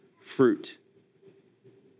fruit